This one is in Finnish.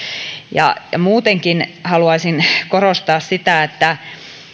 muutenkin haluaisin korostaa sitä että